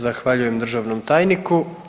Zahvaljujem državnom tajniku.